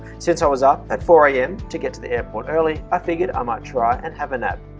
since i was up at four a m to get to the airport early, i figured i might try and have a nap.